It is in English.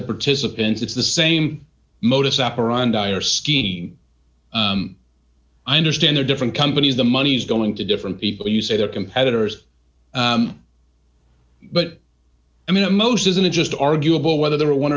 the participants it's the same modus operandi or scheme i understand they're different companies the money's going to different people you say their competitors but i mean most isn't it just arguable whether there are one